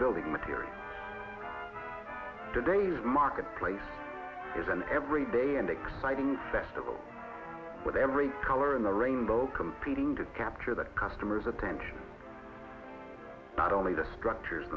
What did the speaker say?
building material today's marketplace is an everyday and exciting festival with every color in the rainbow competing to capture the customer's attention not only the structures